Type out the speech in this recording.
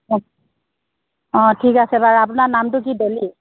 অ' অ' ঠিক আছে বাৰু আপোনাৰ নামটো কি ডলি